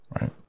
Right